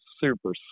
super